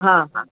हा हा